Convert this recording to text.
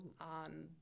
on